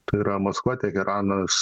tai yra maskva teheranas